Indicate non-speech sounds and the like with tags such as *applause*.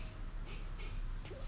forgot what I want to say already *laughs*